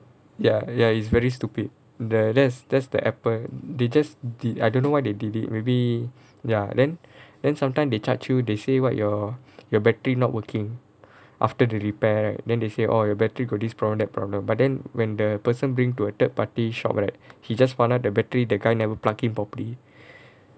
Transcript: ya ya it's very stupid there that's that's the Apple they just did I don't know why they did it maybe ya then then sometime they charge you they say what your your battery not working after the repair then they say orh your battery got this problem that problem but then when the person bring to a third party shop right he just found out the battery the guy never plug in properly